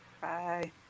Bye